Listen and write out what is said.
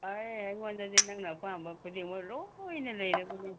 ꯑꯥꯏ ꯑꯩꯉꯣꯟꯗꯗꯤ ꯅꯪꯅ ꯑꯄꯥꯝꯕ ꯈꯨꯗꯤꯡꯃꯛ ꯂꯣꯏꯅ ꯂꯩꯔꯕꯅꯤ